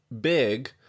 big